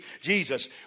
Jesus